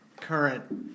current